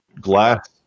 glass